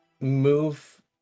move